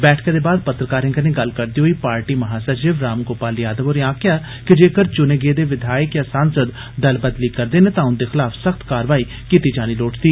बैठके दे बाद पत्रकारें कन्ने गल्ल करदे होई पार्टी महासचिव राम गोपाल यादव होरें आक्खेआ कि जेकर चुने गेदे विधायक जां सांसद दल बदली करदे न तां उन्दे खलाफ सख्त कारवाई कीती जानी लोड़चदी